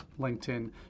LinkedIn